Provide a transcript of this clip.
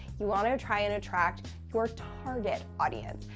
you want to try and attract your target audience.